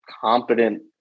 competent